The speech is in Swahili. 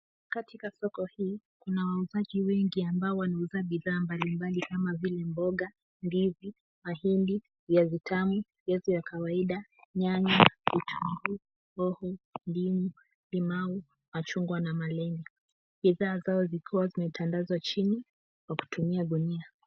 Katika soko hii kuna wauzaji wengi wanaouza bidhaa mbalimbali kama vile mboga, ndizi, mahindi, viazi tamu, viazi ya kawaida, nyanya, vitunguu, hoho, ndimu, limau, machungwa na malenge. Bidhaa zao zikiwa zimetandazwa chini kwa kutumia gunia.